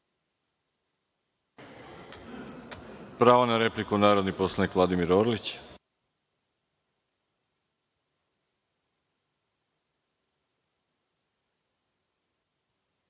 Pravo na repliku, narodni poslanik Vladimir Orlić.